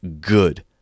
good